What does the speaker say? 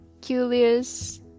curious